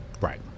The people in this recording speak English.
right